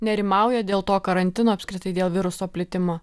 nerimauja dėl to karantino apskritai dėl viruso plitimo